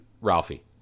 Ralphie